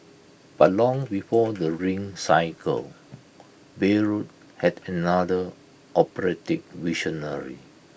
but long before the ring Cycle Bayreuth had another operatic visionary